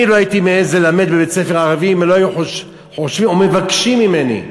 אני לא הייתי מעז ללמד בבית-ספר ערבי אם לא היו מבקשים ממני.